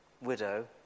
widow